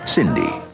Cindy